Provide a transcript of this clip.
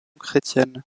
chrétienne